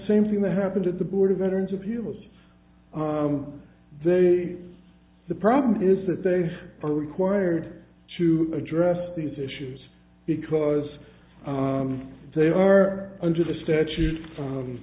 same thing that happened in the board of veterans of us they the problem is that they are required to address these issues because they are under the statute